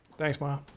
thanks, ma.